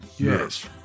Yes